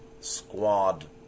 squad